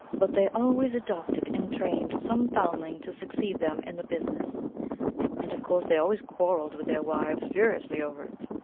but they always adopted and trained some foundling to succeed them in the business and of course they always quarrelled with their wives furiously over it.